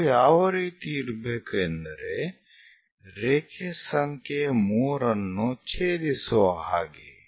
ಇದು ಯಾವ ರೀತಿ ಇರಬೇಕು ಎಂದರೆ ರೇಖೆ ಸಂಖ್ಯೆ 3 ನ್ನು ಛೇದಿಸುವ ಹಾಗೆ